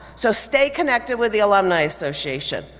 so stay connected with the alumni association.